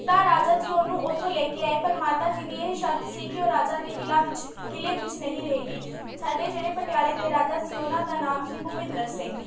ਤਾਂ ਰਾਜਾ ਜੀ ਉਹਨੂੰ ਉੱਥੋਂ ਲੈ ਕੇ ਆਏ ਪਰ ਮਾਤਾ ਜੀ ਦੀ ਇਹ ਸ਼ਰਤ ਸੀ ਕਿ ਉਹ ਰਾਜਾ ਦੇ ਕਿਲ੍ਹਾ ਵਿੱਚ ਕਿਲ੍ਹੇ ਵਿੱਚ ਨਹੀਂ ਰਹੇਗੀ ਸਾਡੇ ਜਿਹੜੇ ਪਟਿਆਲੇ ਦੇ ਰਾਜਾ ਸੀ ਉਹਨਾਂ ਦਾ ਨਾਮ ਸੀ ਭੁਪਿੰਦਰ ਸਿੰਘ